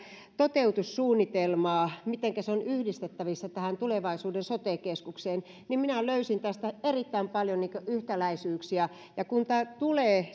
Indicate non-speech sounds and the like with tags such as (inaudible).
toteutussuunnitelmaa mitenkä se on yhdistettävissä tulevaisuuden sote keskukseen niin minä löysin tästä erittäin paljon yhtäläisyyksiä kun tämä tulee (unintelligible)